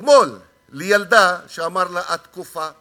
אתמול לילדה, שאמר לה: את קופה.